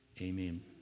Amen